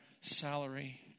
salary